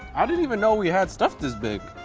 i didn't even know we had stuff this big.